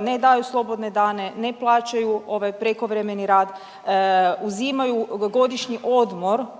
ne daju slobodne dane, ne plaćaju ovaj, prekovremeni rad, uzimaju godišnji odmor,